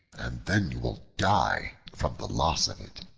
and then you will die from the loss of it.